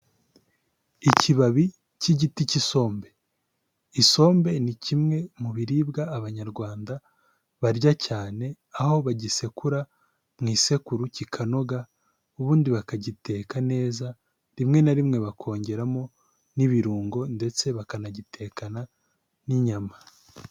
Ikibabi cy'igiti cy'isombe, isombe ni kimwe mu biribwa abanyarwanda barya cyane aho bagisekura mu isekuru kikanoga ubundi bakagiteka neza rimwe na rimwe bakongeramo n'ibirungo ndetse bakanagitekana n'inyama.